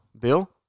Bill